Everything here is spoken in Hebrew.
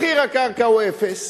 מחיר הקרקע הוא אפס,